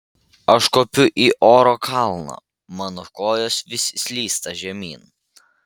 aš kopiu į oro kalną mano kojos vis slysta žemyn